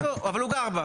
אבל הוא גר בה.